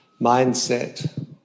mindset